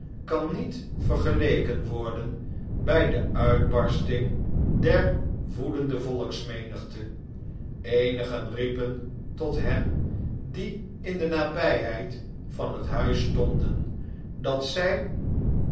kan niet vergeleken worden bij de uitbarsting der woedende volksmenigte eenigen riepen tot hen die in de nabijheid van het huis stonden dat zij